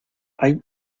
hay